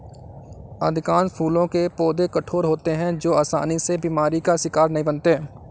अधिकांश फूलों के पौधे कठोर होते हैं जो आसानी से बीमारी का शिकार नहीं बनते